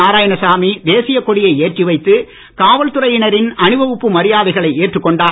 நாராயணசாமி தேசிய கொடியை ஏற்றி வைத்து காவல் துறையினரின் அணிவகுப்பு மரியாதைகளை ஏற்றுக் கொண்டார்